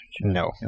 No